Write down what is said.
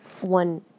one